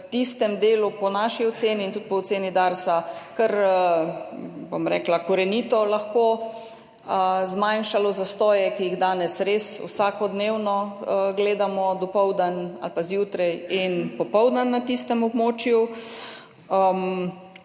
tistem delu po naši oceni in tudi po oceni Darsa kar, bom rekla, korenito lahko zmanjšalo zastoje, ki jih danes res vsakodnevno gledamo dopoldan ali pa zjutraj in popoldan na tistem območju.